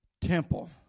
temple